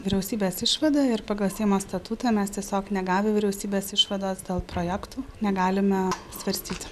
vyriausybės išvada ir pagal seimo statutą mes tiesiog negavę vyriausybės išvados dėl projektų negalime svarstyti